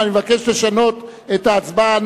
ואני מבקש לשנות את ההצבעה.